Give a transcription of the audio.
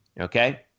okay